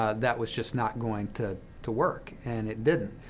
ah that was just not going to to work, and it didn't.